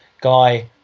guy